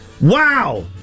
Wow